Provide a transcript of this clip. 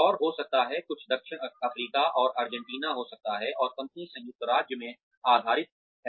और हो सकता है कुछ दक्षिण अफ्रीका और अर्जेंटीना हो सकते हैं और कंपनी संयुक्त राज्य में आधारित है